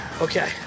okay